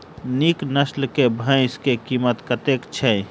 नीक नस्ल केँ भैंस केँ कीमत कतेक छै?